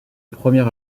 premier